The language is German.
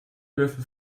würfel